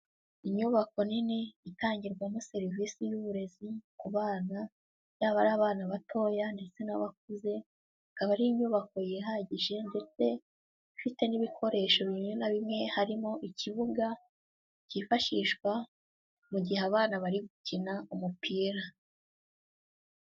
Inyubako nini itangirwamo serivisi y'uburezi ku bana, yaba ari abana batoya ndetse n'abakuze, ikaba ari inyubako yihagije ndetse ifite n'ibikoresho bimwe na bimwe, harimo ikibuga cyifashishwa mu gihe abana bari gukina umupira.